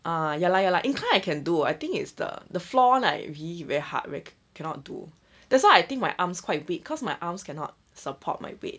ah ya lah ya lah inclined I can do I think is the the floor right really very hard very cannot do that's why I think my arms quite weak cause my arms cannot support my weight